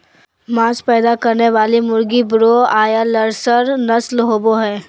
मांस पैदा करने वाली मुर्गी ब्रोआयालर्स नस्ल के होबे हइ